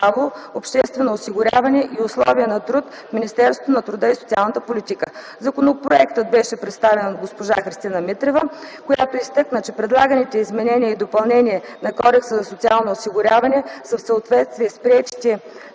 обществено осигуряване и условия на труд” в Министерството на труда и социалната политика. Законопроектът беше представен от госпожа Христина Митрева, която изтъкна, че предлаганите изменения и допълнения на Кодекса за социално осигуряване са в съответствие с приетите